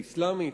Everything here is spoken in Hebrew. האסלאמית.